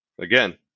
Again